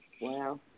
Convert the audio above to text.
Wow